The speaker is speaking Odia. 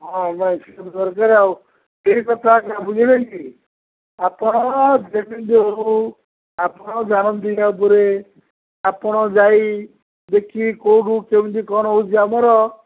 ହଉ ବାସ ଏତିକି ତ ଦରକାର ଆଉ ଏହିକଥା ବୁଝିଲେ କି ଆପଣ ଯେମିତି ହଉ ଆପଣ ଜାଣନ୍ତି ୟା ପରେ ଆପଣ ଯାଇ ଦେଖିକି କୋଉଠୁ କେମିତି କ'ଣ ହେଉଛି ଆମର